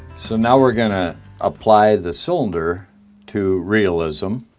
so now we're gonna apply the cylinder to realism